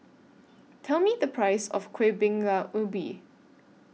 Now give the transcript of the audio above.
Tell Me The Price of Kueh Bingka Ubi